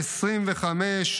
2024,